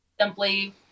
simply